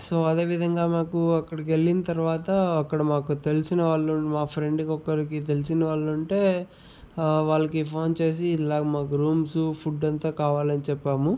so అదే విధంగా మాకు అక్కడికి వెళ్ళిన తర్వాత అక్కడ మాకు తెలిసిన వాళ్ళు మా ఫ్రెండ్కి ఒక్కరికి తెలిసిన వాళ్ళు ఉంటే వాళ్ళకి ఫోన్ చేసి ఇలాగ మాకు రూమ్సు ఫుడ్ అంతా కావాలని చెప్పాము